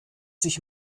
sich